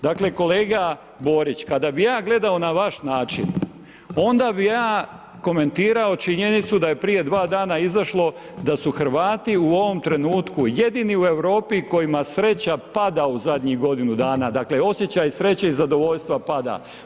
Dakle, kolega Borić kada bi ja gledao na vaš način onda bi ja komentirao činjenicu da je prije 2 dana izašlo da su Hrvati u ovom trenutku jedini u Europi kojima sreća pada u zadnjih godinu dana, dakle osjećaj sreće i zadovoljstva pada.